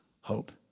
hope